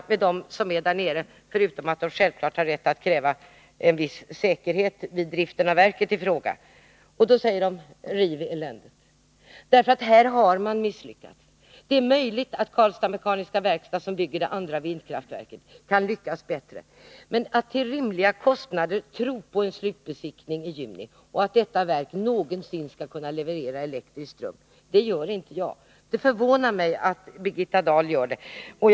De som bor där nere har självfallet rätt att kräva en viss säkerhet vid driften av verket i fråga. När man talar med invånarna, säger de: Riv eländet, för här har man misslyckats. Det är möjligt att Karlstads Mekaniska Werkstad, som skall bygga det andra vindkraftverket, kan lyckas bättre. Jag för min del tror inte på en slutbesiktning i juni till rimliga kostnader, och jag tror inte heller att detta verk någonsin skall kunna leverera elektrisk ström. Det förvånar mig att Birgitta Dahl tror detta.